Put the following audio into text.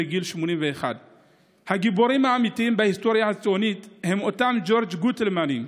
בגיל 81. הגיבורים האמיתיים בהיסטוריה הציונית הם אותם ג'ורג' גוטלמנים,